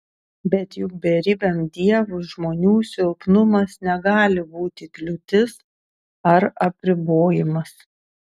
bet juk beribiam dievui žmonių silpnumas negali būti kliūtis ar apribojimas